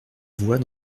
vois